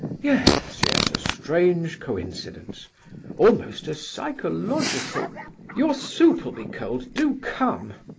yes, yes, a strange coincidence almost a psychological your soup'll be cold do come.